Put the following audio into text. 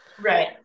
Right